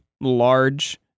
large